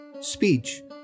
speech